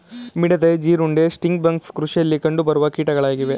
ಮಿಡತೆ, ಜೀರುಂಡೆ, sting bugs ಕೃಷಿಯಲ್ಲಿ ಕಂಡುಬರುವ ಕೀಟಗಳಾಗಿವೆ